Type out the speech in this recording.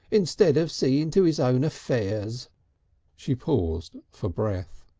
instead of seeing to his own affairs she paused for breath.